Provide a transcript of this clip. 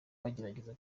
bagerageza